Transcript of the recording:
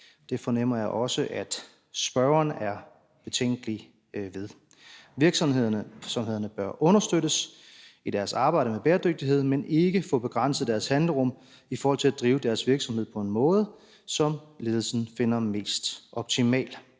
Det fornemmer jeg også at spørgeren er betænkelig ved. Virksomhederne bør understøttes i deres arbejde med bæredygtigheden, men ikke få begrænset deres handlerum i forhold til at drive deres virksomhed på en måde, som ledelsen finder mest optimal.